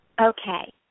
Okay